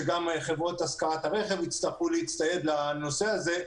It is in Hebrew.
גם חברות השכרת הרכב יצטרכו להצטייד לנושא הזה,